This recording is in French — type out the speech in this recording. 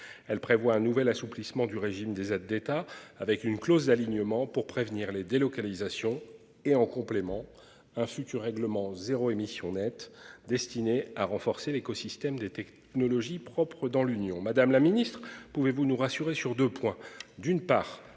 Elle prévoit un nouvel assouplissement du régime des aides d'État avec une clause alignement pour prévenir les délocalisations et en complément un futur règlement zéro émission nette destiné à renforcer l'écosystème des technologies propres dans l'Union Madame la Ministre, pouvez-vous nous rassurer sur 2 points.